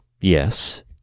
Yes